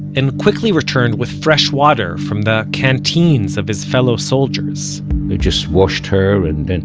and quickly returned with fresh water from the canteens of his fellow soldiers we just washed her, and and